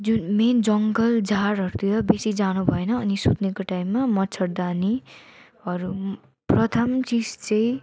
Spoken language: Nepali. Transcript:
जुन मेन जङ्गल झारहरूतिर बेसी जानु भएन अनि सुत्नेको टाइममा मच्छरदानी हरू प्रथम चिज चाहिँ